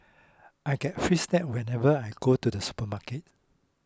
I get free snacks whenever I go to the supermarket